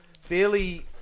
fairly